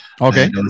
Okay